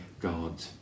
God